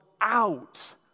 out